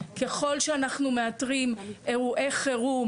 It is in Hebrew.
ככל שאנחנו מאתרים אירועי חרום,